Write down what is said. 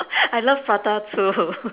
I love prata too